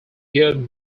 good